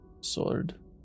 sword